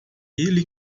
ele